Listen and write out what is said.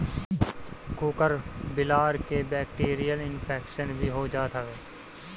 कुकूर बिलार के बैक्टीरियल इन्फेक्शन भी हो जात हवे